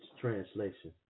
translation